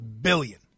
billion